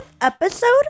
episode